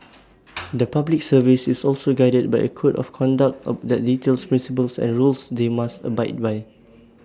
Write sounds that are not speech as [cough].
[noise] the Public Service is also guided by A code of conduct of that details principles and rules they must abide by